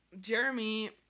Jeremy